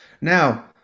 now